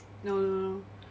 no no no